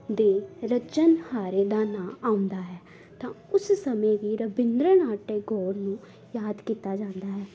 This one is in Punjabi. ਦੇ ਰਚਣਹਾਰੇ ਦਾ ਨਾਂ ਆਉਂਦਾ ਹੈ ਤਾਂ ਉਸ ਸਮੇਂ ਵੀ ਰਵਿੰਦਰ ਨਾਥ ਟੈਗੋਰ ਨੂੰ ਯਾਦ ਕੀਤਾ ਜਾਂਦਾ ਹੈ